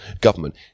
government